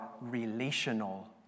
relational